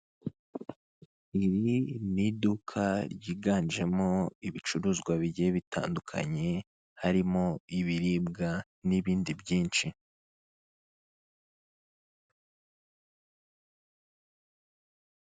Iri ni iduka ryiganjemo ibicuruzwa bigiye bitandukanye, harimo ibiribwa n'ibindi byinshi.